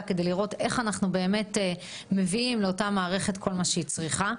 כדי לראות איך אנחנו באמת מביאים לאותה מערכת כל מה שהיא צריכה.